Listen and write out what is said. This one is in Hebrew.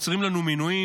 עוצרים לנו מינויים,